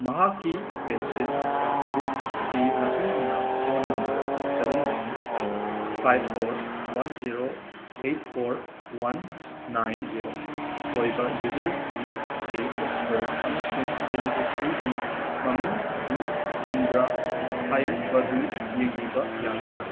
ꯃꯍꯥꯛꯀꯤ ꯄꯦꯟꯁꯤꯟ ꯄꯥꯁꯕꯨꯛꯀꯤ ꯃꯇꯨꯡꯏꯟꯅ ꯐꯣꯟ ꯅꯝꯕꯔ ꯁꯕꯦꯟ ꯋꯥꯟ ꯐ five four one zero eight four one nine zero ꯑꯣꯏꯕ ꯌꯨꯖꯔꯒꯤ ꯗꯦꯠ ꯑꯣꯐ ꯕꯔꯠ ꯑꯃꯁꯨꯡ ꯕꯦꯅꯤꯐꯤꯁꯔꯤꯒꯤ ꯃꯃꯤꯡ ꯑꯗꯨ ꯆꯨꯝꯕ꯭ꯔ ꯍꯥꯏꯕꯗꯨ ꯌꯦꯡꯕꯤꯕ ꯌꯥꯒꯗꯔ